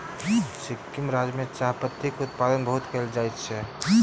सिक्किम राज्य में चाह पत्ती के उत्पादन बहुत कयल जाइत अछि